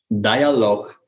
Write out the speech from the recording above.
dialogue